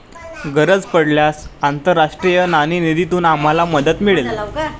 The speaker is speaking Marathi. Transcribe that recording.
गरज पडल्यास आंतरराष्ट्रीय नाणेनिधीतून आम्हाला मदत मिळेल